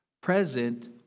present